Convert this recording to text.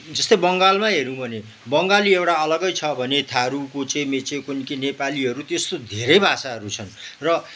जस्तै बङ्गालमा हेरौँ भने बङ्गाली एउटा अलगै छ भने थारू कोचे मेचे कोनि के नेपालीहरू त्यस्तो धेरै भाषाहरू छन् र